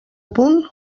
punt